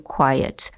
Quiet